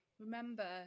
remember